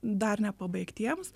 dar nepabaigtiems